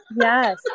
Yes